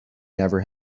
never